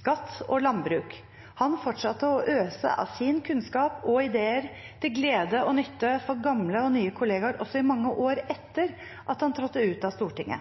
skatt og landbruk. Han fortsatte å øse av sin kunnskap og ideer, til glede og nytte for gamle og nye kolleger også i mange år etter at han trådte ut av Stortinget.